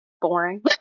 Boring